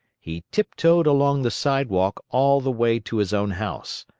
he tiptoed along the sidewalk all the way to his own house.